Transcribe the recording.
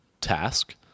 task